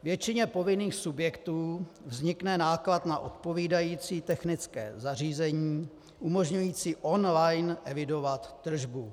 Většině povinných subjektů vznikne náklad na odpovídající technické zařízení umožňující online evidovat tržbu.